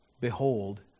Behold